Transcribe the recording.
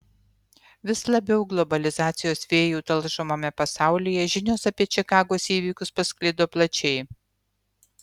vis labiau globalizacijos vėjų talžomame pasaulyje žinios apie čikagos įvykius pasklido plačiai